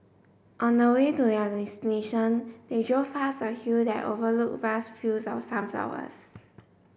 on the way to their destination they drove past a hill that overlooked vast fields of sunflowers